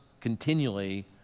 continually